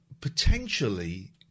potentially